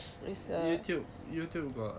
youtube youtube got